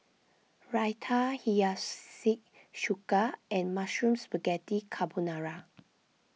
Raita Hiyashi Chuka and Mushroom Spaghetti Carbonara